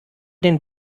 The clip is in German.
den